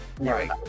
right